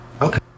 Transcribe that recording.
Okay